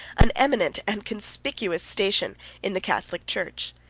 an eminent and conspicuous station in the catholic church.